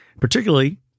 particularly